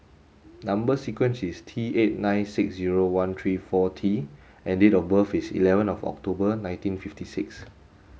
number sequence is T eight nine six zero one three four T and date of birth is eleven of October nineteen fifty six